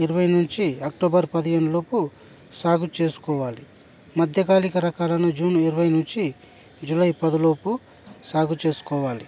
ఇరవై నుంచి అక్టోబర్ పదిహేనులోపు సాగు చేసుకోవాలి మధ్య కాలిక రకాలను జూన్ ఇరవై నుంచి జులై పదిలోపు సాగు చేసుకోవాలి